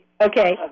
Okay